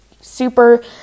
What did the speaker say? super